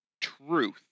truth